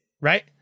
right